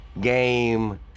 game